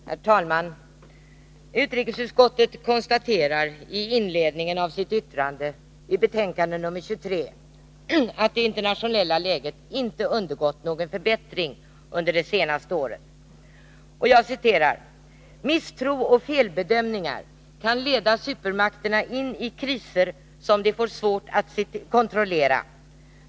Herr talman! Utrikesutskottet konstaterar i inledningen av sin skrivning i betänkande nr 23 att det internationella läget inte undergått någon förbättring under det senaste året. Och utskottet fortsätter: ”Misstro och felbedömningar kan leda supermakterna in i kriser som de får svårt att kontrollera.